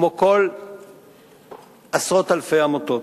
כמו עשרות אלפי עמותות.